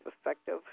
effective